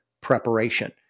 preparation